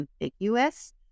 ambiguous